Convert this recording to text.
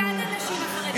אני בעד הנשים החרדיות,